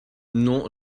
non